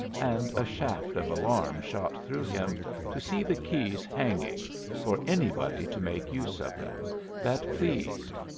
and a shaft of alarm shot through him to see the keys hanging for anybody to make use of them that pleased.